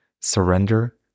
surrender